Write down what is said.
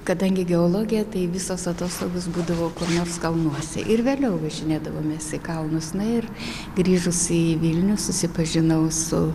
kadangi geologija tai visos atostogos būdavo kur nors kalnuose ir vėliau važinėdavomės į kalnus na ir grįžus į vilnių susipažinau su